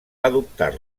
adoptar